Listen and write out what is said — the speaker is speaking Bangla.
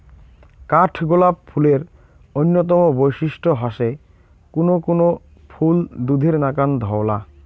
কাঠগোলাপ ফুলের অইন্যতম বৈশিষ্ট্য হসে কুনো কুনো ফুল দুধের নাকান ধওলা